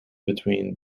between